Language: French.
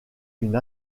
une